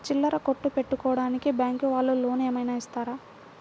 చిల్లర కొట్టు పెట్టుకోడానికి బ్యాంకు వాళ్ళు లోన్ ఏమైనా ఇస్తారా?